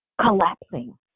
collapsing